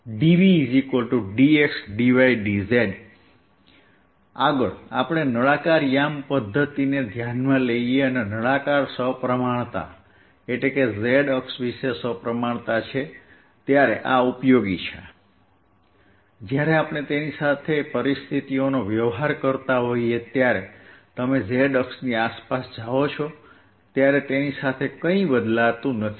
dVdx dy dz આગળ આપણે નળાકાર યામ પધ્ધતિને ધ્યાનમાં લઈએ અને નળાકાર સમપ્રમાણતા એટલે કે z અક્ષ વિશે સપ્રમાણતા છે ત્યારે આ ઉપયોગી છે જ્યારે આપણે તેની સાથે પરિસ્થિતિઓનો વ્યવહાર કરતા હોઈએ છીએ જ્યારે તમે z અક્ષની આસપાસ જાઓ ત્યારે તેની સાથે કંઈ બદલાતું નથી